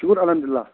شُکُر الحمدُاللہ